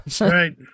Right